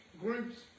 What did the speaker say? groups